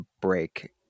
break